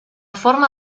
forma